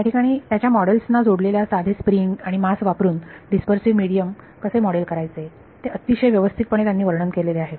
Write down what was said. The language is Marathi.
या ठिकाणी त्याच्या मॉडेल्स ना जोडलेल्या साधे स्प्रिंग आणि मास वापरून डीस्पर्सीव्ह मिडीयम कसे मॉडेल करायचे ते अतिशय व्यवस्थितपणे त्यांनी वर्णन केलेले आहे